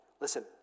Listen